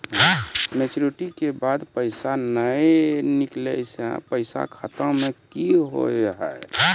Maturity के बाद पैसा नए निकले से पैसा खाता मे की होव हाय?